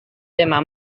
tema